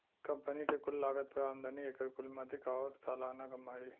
company के कुल लागत पर आमदनी, एकर कुल मदिक आउर सालाना कमाई